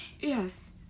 Yes